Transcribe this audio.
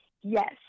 Yes